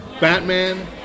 Batman